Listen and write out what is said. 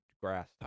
grass